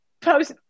post